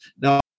Now